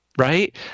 right